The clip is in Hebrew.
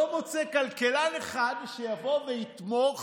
לא מוצא כלכלן אחד שיבוא ויתמוך